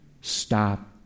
Stop